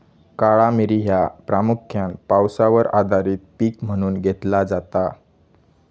काळा मिरी ह्या प्रामुख्यान पावसावर आधारित पीक म्हणून घेतला जाता